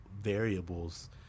variables